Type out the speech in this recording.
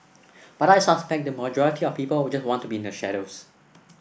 but I suspect the majority of people just want to be in the shadows